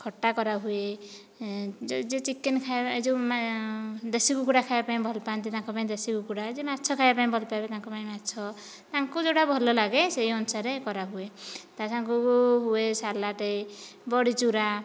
ଖଟା ଯେଉଁ ଦେଶୀ କୁକୁଡ଼ା ଖାଇବାପାଇଁ ଭଲ ପାଆନ୍ତି ତାଙ୍କପାଇଁ ଦେଶୀ କୁକୁଡ଼ା ଯିଏ ମାଛ ଖାଇବାପାଇଁ ଭଲ ପାଇବେ ତାଙ୍କ ପାଇଁ ମାଛ ତାଙ୍କୁ ଯେଉଁଟା ଭଲ ଲାଗେ ସେହି ଅନୁସାରେ କରାହୁଏ ତା ସାଙ୍ଗକୁ ହୁଏ ସାଲାଡ୍ ବଡ଼ିଚୁରା